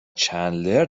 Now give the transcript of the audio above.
چندلر